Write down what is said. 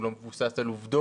הוא לא מבוסס על עובדות,